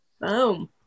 Boom